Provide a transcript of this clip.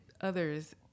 others